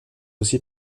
aussi